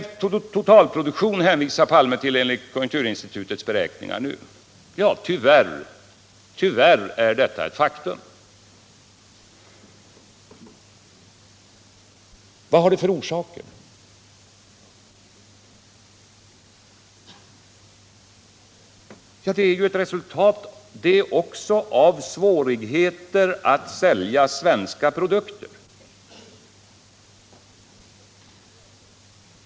Totalproduktionen har sjunkit enligt konjunkturinstitutets beräkningar, hänvisar Olof Palme till. Ja, tyvärr är detta ett faktum. Vad har det för orsaker? Också det är ett resultat av svårigheter att sälja svenska produkter.